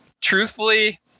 truthfully